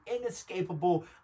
inescapable